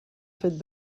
fet